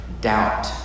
doubt